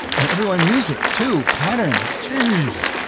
and everyone music too! patterns! jeeeeez!